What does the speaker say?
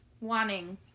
wanting